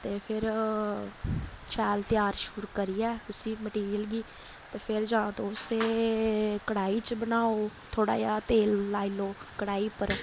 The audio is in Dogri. ते फिर शैल त्यार श्यूर करियै उस्सी मटीरियल गी ते फिर जां ते उस्सै कढ़ाई च बनाओ थोह्ड़ा जेहा तेल लाई लैओ कड़ाही पर